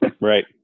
Right